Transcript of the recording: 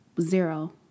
Zero